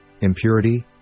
impurity